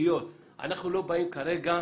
אנחנו לא באים כרגע